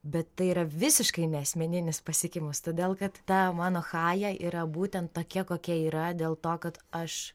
bet tai yra visiškai ne asmeninis pasiekimas todėl kad tą mano chaja yra būtent tokia kokia yra dėl to kad aš